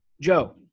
Joe